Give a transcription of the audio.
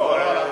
לא.